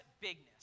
bigness